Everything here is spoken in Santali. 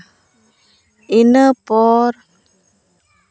ᱤᱱᱟᱹ ᱯᱚᱨ